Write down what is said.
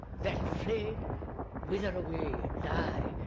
that flame wither away, die,